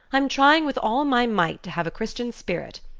i'm trying with all my might to have a christian spirit.